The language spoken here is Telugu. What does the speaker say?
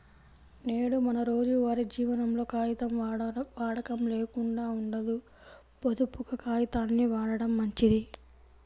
నేడు మన రోజువారీ జీవనంలో కాగితం వాడకం లేకుండా ఉండదు, పొదుపుగా కాగితాల్ని వాడటం మంచిది